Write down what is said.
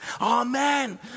amen